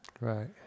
right